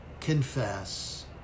Confess